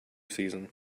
season